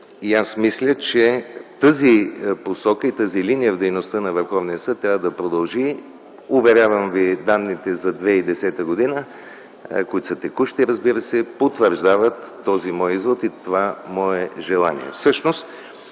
и аз мисля, че тази посока, тази линия в дейността на Върховния съд трябва да продължи. Уверявам ви – данните за 2010 г., които са текущи, разбира се, потвърждават този мой извод и това мое желание.